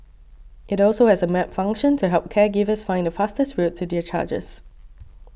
it also has a map function to help caregivers find the fastest route to their charges